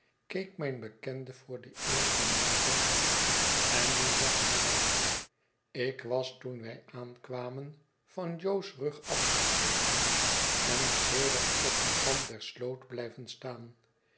keek mijn bekende voor de eerste maal rond en nu zag hij mij ik was toen wij aankwamen van jo's rug afgestegen en sedert opdenkant der sloot blijven staan